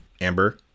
Amber